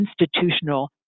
institutional